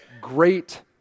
great